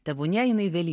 tebūnie jinai vėlyva